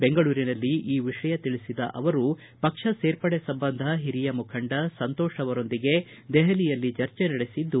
ಬೆಂಗಳೂರಿನಲ್ಲಿ ಈ ವಿಷಯ ತಿಳಿಸಿದ ಅವರು ಪಕ್ಷ ಸೇರ್ಪಡೆ ಸಂಬಂಧ ಹಿರಿಯ ಮುಖಂಡ ಸಂತೋಷ್ ಸ ಅವರೊಂದಿಗೆ ದೆಹಲಿಯಲ್ಲಿ ಚರ್ಚೆ ನಡೆಸಿದ್ದು